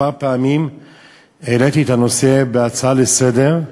פעמים העליתי את הנושא בהצעה לסדר-היום,